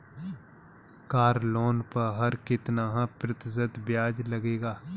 Car loan पर कितना प्रतिशत ब्याज लगेगा?